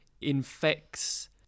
infects